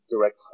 direct